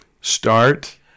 start